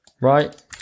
right